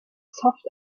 soft